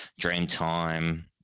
Dreamtime